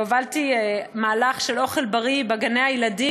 הובלתי מהלך של אוכל בריא בגני-הילדים,